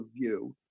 view